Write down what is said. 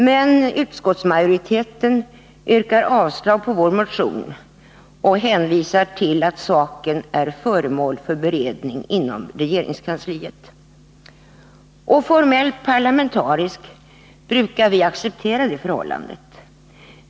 Men utskottsmajoriteten yrkar avslag på vår motion och hänvisar till att saken är föremål för beredning inom regeringskansliet. Formellt parlamentariskt brukar vi acceptera detta förhållande.